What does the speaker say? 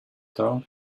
though